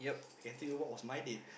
I can tell you what was my date